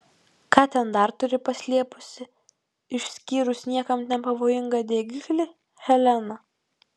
ką ten dar turi paslėpusi išskyrus niekam nepavojingą degiklį helena